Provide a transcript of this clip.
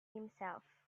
himself